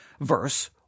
verse